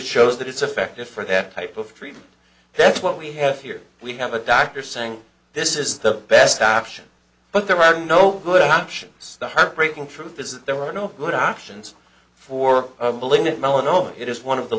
shows that it's effective for that type of treatment that's what we have here we have a doctor saying this is the best option but there are no good options the heartbreaking for a visit there are no good options for malignant melanoma it is one of the